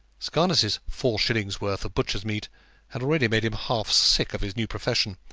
scarness's four shillings'-worth of butcher's meat had already made him half sick of his new profession,